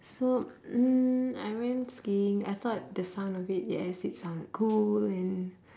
so mm I went skiing I thought the sound of it yes it actually sounded cool and